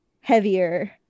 heavier